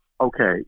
Okay